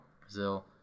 Brazil